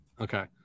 Okay